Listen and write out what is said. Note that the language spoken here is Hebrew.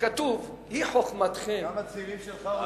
כתוב: "היא חכמתכם" גם הצעירים שלך,